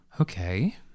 Okay